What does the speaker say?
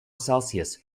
celsius